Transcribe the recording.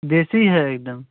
देसी है एकदम